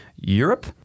Europe